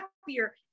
happier